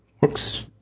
works